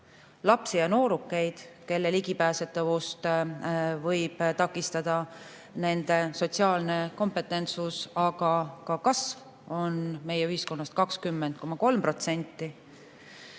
Lapsi ja noorukeid, kelle ligipääsetavust võib takistada nende sotsiaalne kompetentsus, aga ka kasv, on meie ühiskonnast 20,3%.